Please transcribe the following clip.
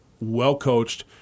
well-coached